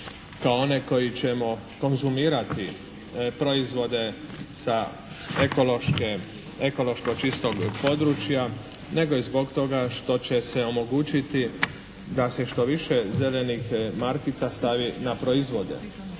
kao one koji ćemo konzumirati proizvode sa ekološki čistog područja nego i zbog što će se omogućiti da se što više zelenih markica stavi na proizvode.